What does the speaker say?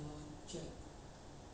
trace together